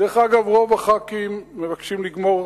דרך אגב, רוב חברי הכנסת מבקשים לגמור